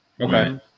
okay